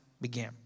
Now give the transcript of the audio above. began